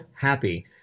happy